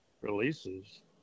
releases